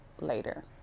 later